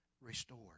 restored